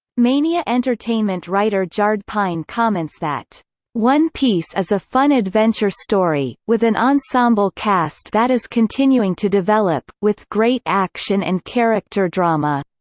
mania entertainment writer jarred pine comments that one piece is a fun adventure story, with an ensemble cast that is continuing to develop, with great action and character drama.